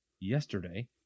yesterday